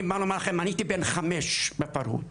אני הייתי בן חמש בפרהוד,